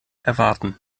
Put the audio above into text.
erwarten